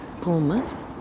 Bournemouth